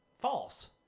False